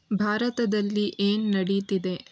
ಭಾರತದಲ್ಲಿ ಏನು ನಡೀತಿದೆ